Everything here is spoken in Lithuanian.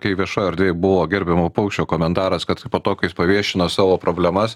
kai viešoj erdvėj buvo gerbiamo paukščio komentaras kad po to kai jis paviešino savo problemas